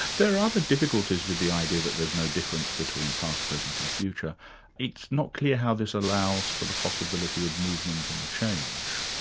there are other difficulties with the idea that there's no difference between past, present and future it's not clear how this allows for the possibility of movement and change.